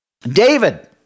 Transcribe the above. David